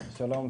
שלום.